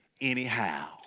anyhow